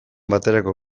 baterako